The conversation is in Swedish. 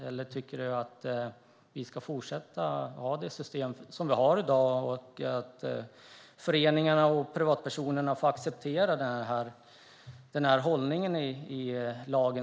Eller tycker ministern att vi ska fortsätta att ha det system som vi har i dag och att föreningarna och privatpersonerna får acceptera denna hållning i lagen?